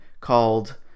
called